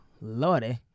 lordy